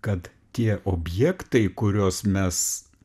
kad tie objektai kuriuos mes